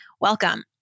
Welcome